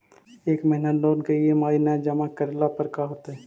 एक महिना लोन के ई.एम.आई न जमा करला पर का होतइ?